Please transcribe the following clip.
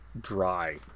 dry